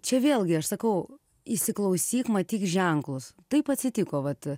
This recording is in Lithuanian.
čia vėlgi aš sakau įsiklausyk matyk ženklus taip atsitiko vat